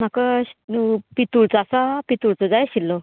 म्हाका अश् पितुळचो आसा पितुळचो जाय आशिल्लो